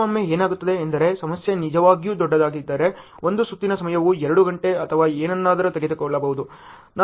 ಕೆಲವೊಮ್ಮೆ ಏನಾಗುತ್ತದೆ ಎಂದರೆ ಸಮಸ್ಯೆ ನಿಜವಾಗಿಯೂ ದೊಡ್ಡದಾಗಿದ್ದರೆ 1 ಸುತ್ತಿನ ಸಮಯವು 2 ಗಂಟೆ ಅಥವಾ ಏನಾದರೂ ತೆಗೆದುಕೊಳ್ಳಬಹುದು